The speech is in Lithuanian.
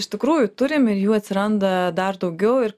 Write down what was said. iš tikrųjų turim ir jų atsiranda dar daugiau ir